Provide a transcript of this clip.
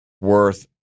worth